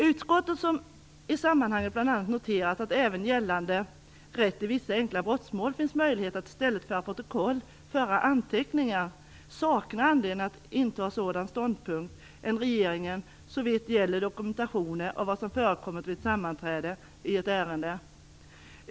Utskottet, som i sammanhanget noterat bl.a. att det även enligt gällande rätt i vissa enkla brottmål finns möjlighet att i stället för protokoll föra anteckningar, saknar anledning att inta annan ståndpunkt än regeringen såvitt gäller dokumentationer av vad som förekommit vid ett sammanträde i ett ärende.